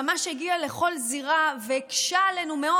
ממש הגיע לכל זירה והקשה עלינו מאוד.